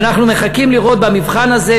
ואנחנו מחכים לראות במבחן הזה,